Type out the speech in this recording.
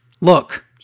look